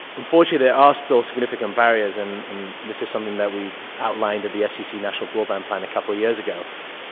unfortunately, there are still significant barriers. and and this is something that we outlined at the fcc national broadband plan a couple of years ago.